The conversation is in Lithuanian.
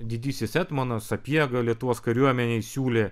didysis etmonas sapiega lietuvos kariuomenei siūlė